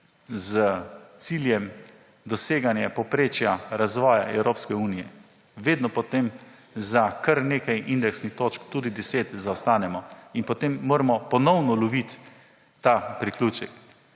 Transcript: s ciljem doseganja povprečja razvoja Evropske unije. Vedno potem za kar nekaj indeksnih točk, tudi 10, zaostanemo in potem moramo ponovno loviti ta priključek.